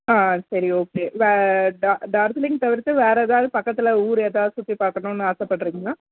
ஆ சரி ஓகே இந்த டா டார்ஜிலிங் தவிர்த்து வேறு எதாவது பக்கத்தில் ஊர் எதாவது சுற்றி பார்க்கணுன்னு ஆசைப்பட்றிங்களா